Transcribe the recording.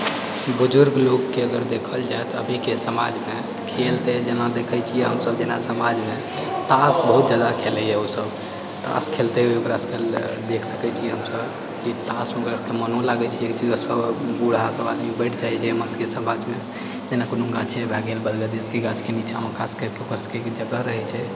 बुजुर्ग लोकके अगर देखल जाए तऽ अभीके समाजमे खेल तऽ जेना देखै छियै हमसब जेना समाजमे तास बहुत जादा खेलैए ओ सब तास खेलते हुए ओकरा सबके देख सकै छियै हमसब कि तासमे मनो लागै छै ताहि दुआरे ओ सब बुढ़ सब आदमी बैठ जाइत छै जेना कुनू कोनो गाछे भए गेल गाछके नीचाँमे खास करिके ओकर सबके जगह रहै छै